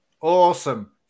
Awesome